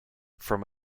from